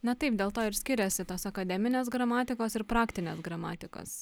na taip dėl to ir skiriasi tos akademinės gramatikos ir praktinės